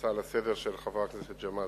הצעה לסדר-היום של חבר הכנסת ג'מאל